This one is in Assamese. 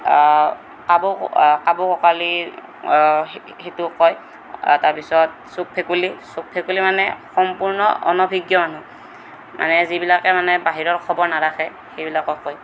কাবৌ কাবৌ কোকালি সেইটোক কয় তাৰ পিছত চুক ভেকুলী চুক ভেকুলী মানে সম্পূৰ্ণ অনভিজ্ঞ মানুহ মানে যিবিলাকে মানে বাহিৰৰ খবৰ নাৰাখে সেইবিলাকক কয়